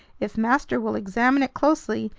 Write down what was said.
if master will examine it closely,